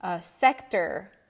sector